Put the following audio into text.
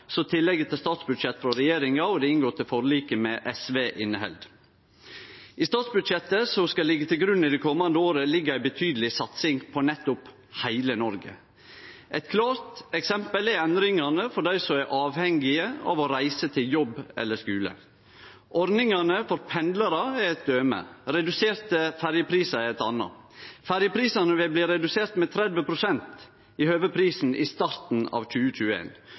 statsbudsjett frå regjeringa og det inngåtte forliket med SV inneheld. I statsbudsjettet som skal ligge til grunn det komande året, ligg ei betydeleg satsing på nettopp heile Noreg. Eit klart eksempel er endringane for dei som er avhengige av å reise til jobb eller skule. Ordningane for pendlarar er eit døme, reduserte ferjeprisar eit anna. Ferjeprisane vil bli reduserte med 30 pst. i høve til prisen i starten av